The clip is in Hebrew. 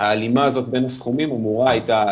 ההלימה הזאת בין הסכומים אמורה הייתה,